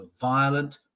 violent